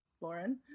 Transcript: Lauren